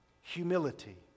humility